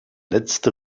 letzte